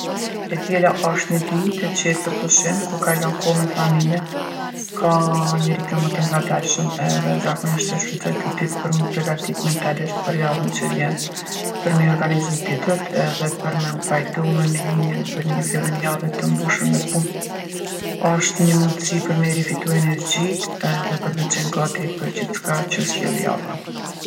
E djela osht ni ditë e qetë për pushim ku kalon kohë me familje. Ka- a një ritëm më të ngadalshëm edhe zakonisht e shfrytzoj këtë ditë për mu pregatitë mentalisht për javën që vjen, për m'i organizu ditët edhe për me u pajtu me menimin për një fillim jave të mbushun me punë. Osht ni mundsi për me i rifitu energjitë edhe për me qenë gati për gjithçka që sjellë java.